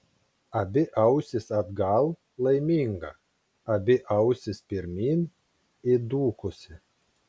abi ausys atgal laiminga abi ausys pirmyn įdūkusi